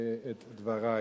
את דברי